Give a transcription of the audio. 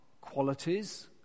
qualities